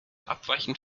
abweichend